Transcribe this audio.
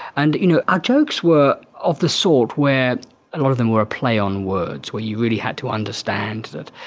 and you know our jokes were of the sort where a lot of them were a play on words where you really had to understand that,